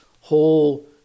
whole